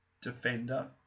defender